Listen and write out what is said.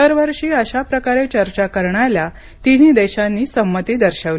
दरवर्षी अशाप्रकारे चर्चा करण्याला तिन्ही देशांनी संमती दर्शवली